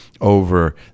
over